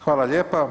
Hvala lijepa.